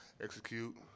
execute